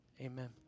Amen